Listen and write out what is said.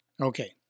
Okay